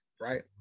right